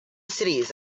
cities